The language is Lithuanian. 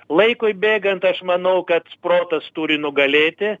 laikui bėgant aš manau kad protas turi nugalėti